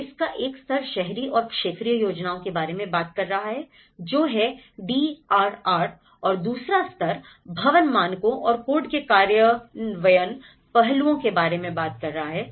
तो इसका एक स्तर शहरी और क्षेत्रीय योजनाओं के बारे में बात कर रहा है जो है डीआरआर और दूसरा स्तर भवन मानकों और कोड के कार्यान्वयन पहलुओं के बारे में बात कर रहा है